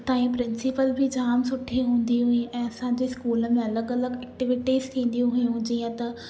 हुतां जी प्रिंसिपल बि जाम सुठी हूंदी हुई ऐं असांजे स्कूल में अलॻि अलॻि एक्टिविटीज़ थींदियूं हुयूं जींअ त